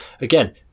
again